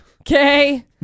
Okay